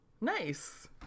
Nice